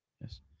Yes